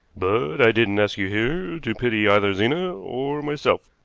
but i didn't ask you here to pity either zena or myself,